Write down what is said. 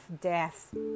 death